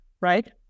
right